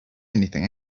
anything